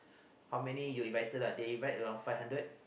how many you invited ah they invite around five hundred